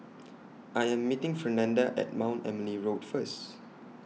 I Am meeting Fernanda At Mount Emily Road First